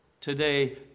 Today